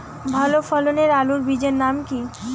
ভালো ফলনের আলুর বীজের নাম কি?